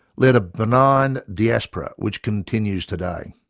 led a benign diaspora which continues today.